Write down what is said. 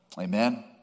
Amen